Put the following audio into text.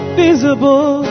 visible